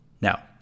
Now